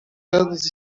anos